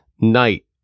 night